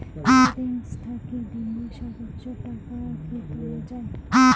Savings থাকি দিনে সর্বোচ্চ টাকা কি তুলা য়ায়?